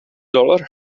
dollar